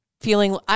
feeling